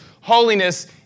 Holiness